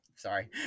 Sorry